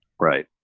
Right